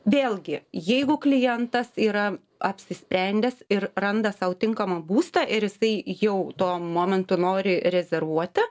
vėlgi jeigu klientas yra apsisprendęs ir randa sau tinkamą būstą ir jisai jau tuo momentu nori rezervuoti